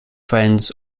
friends